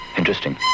interesting